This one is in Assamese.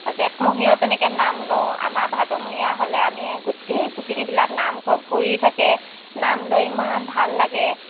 আৰু জেঠমহীয়াও তেনেকৈ নাম লওঁ আমাৰ ভাদমহীয়া হ'লে আমি গোটেই গোপিনীবিলাক নামঘৰ ভৰি থাকে নাম লৈ ইমান ভাল লাগে